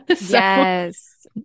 Yes